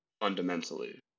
fundamentally